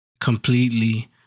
Completely